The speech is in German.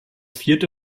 vierte